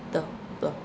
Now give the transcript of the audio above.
the the